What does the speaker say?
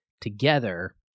together